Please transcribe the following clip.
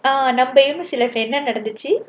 நம்ப:namba university life leh என்ன நடந்திச்சி:enna nadanthichi